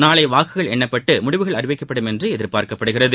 நாளை வாக்குகள் எண்ணப்பட்டு முடிவுகள் அறிவிக்கப்படும் என்று எதிபாா்க்கப்படுகிறது